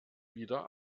wieder